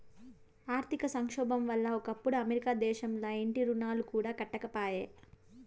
ఆర్థిక సంక్షోబం వల్ల ఒకప్పుడు అమెరికా దేశంల ఇంటి రుణాలు కూడా కట్టకపాయే